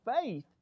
faith